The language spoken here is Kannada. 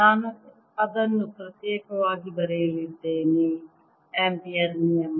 ನಾನು ಅದನ್ನು ಪ್ರತ್ಯೇಕವಾಗಿ ಬರೆಯಲಿದ್ದೇನೆ ಆಂಪಿಯರ್ ನಿಯಮ